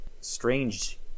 strange